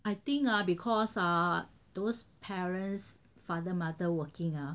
I think ah because ah those parents father mother working ah